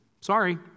sorry